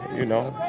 you know,